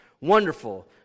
wonderful